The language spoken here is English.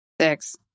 Six